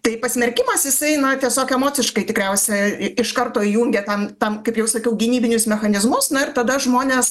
tai pasmerkimas jisai na tiesiog emociškai tikriausia iš karto įjungia tam tam kaip jau sakiau gynybinius mechanizmus na ir tada žmonės